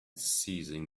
seizing